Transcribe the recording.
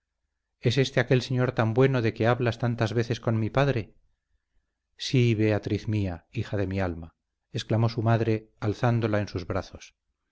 es éste aquel señor tan bueno de que hablas tantas veces con mi padre sí beatriz mía hija de mi alma exclamó su madre alzándola en sus brazos